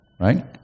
right